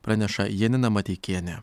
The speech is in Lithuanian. praneša janina mateikienė